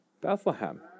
Bethlehem